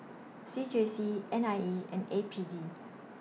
C J C N I E and A P D